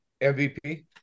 MVP